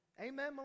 Amen